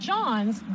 John's